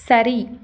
சரி